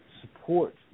support